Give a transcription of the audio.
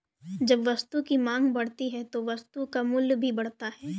जब वस्तु की मांग बढ़ती है तो वस्तु का मूल्य भी बढ़ता है